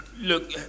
Look